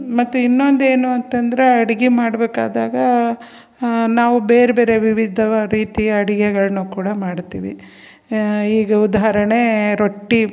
ಮತ್ತು ಇನ್ನೊಂದು ಏನು ಅಂತಂದರೆ ಅಡ್ಗೆ ಮಾಡಬೇಕಾದಾಗ ನಾವು ಬೇರೆ ಬೇರೆ ವಿವಿಧ ರೀತಿಯ ಅಡುಗೆಗಳ್ನು ಕೂಡ ಮಾಡ್ತೀವಿ ಈಗ ಉದಾಹರಣೆ ರೊಟ್ಟಿ